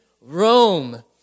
Rome